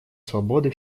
свободы